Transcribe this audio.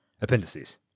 Appendices